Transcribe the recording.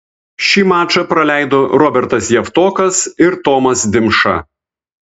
šį mačą praleido robertas javtokas ir tomas dimša